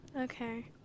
Okay